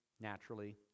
naturally